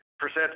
Percent